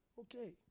Okay